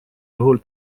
juhul